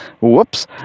whoops